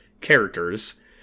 characters